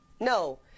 no